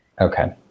Okay